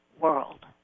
world